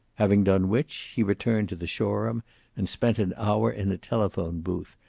having done which, he returned to the shoreham and spent an hour in a telephone booth,